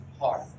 heart